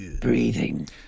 breathing